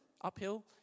Uphill